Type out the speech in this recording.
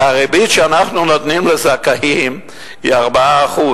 כי הריבית שאנחנו נותנים לזכאים היא 4%,